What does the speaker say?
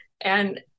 And-